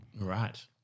Right